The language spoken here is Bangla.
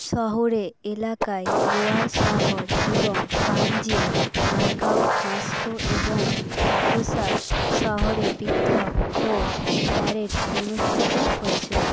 শহরে এলাকায় গোয়ার শহর এবং পাঞ্জিম মারগাও ভাস্কো এবং মাপুসা শহরে পৃথক ফ্লোট প্যারেড অনুষ্ঠিত হয়েছিল